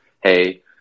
hey